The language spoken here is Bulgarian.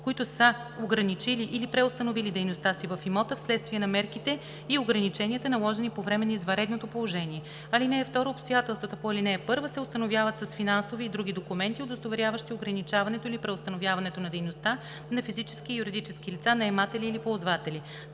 които са ограничили или преустановили дейността си в имота вследствие на мерките и ограниченията, наложени по време на извънредното положение. (2) Обстоятелствата по ал. 1 се установяват с финансови и други документи, удостоверяващи ограничаването или преустановяването на дейността на физически и юридически лица – наематели или ползватели.“